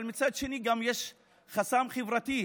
אבל מצד שני יש גם חסם חברתי,